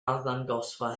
arddangosfa